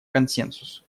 консенсус